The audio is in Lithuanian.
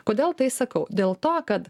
kodėl tai sakau dėl to kad